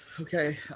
Okay